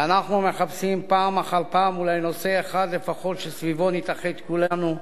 ואנחנו מחפשים פעם אחר פעם אולי נושא אחד לפחות שסביבו נתאחד כולנו,